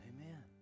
Amen